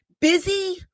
Busy